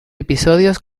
episodios